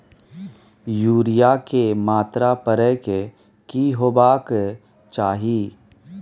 Urea के मात्रा परै के की होबाक चाही?